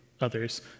others